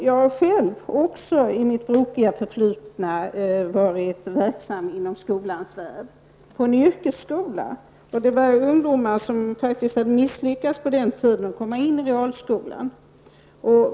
Jag har i mitt brokiga förflutna själv varit verksam inom skolans värld -- på en yrkesskola. Där gick på den tiden ungdomar som hade misslyckats med att komma in i realskolan.